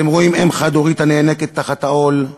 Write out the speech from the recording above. אתם רואים אם חד-הורית הנאנקת תחת העול,